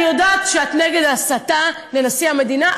אני יודעת שאת נגד ההסתה נגד נשיא המדינה,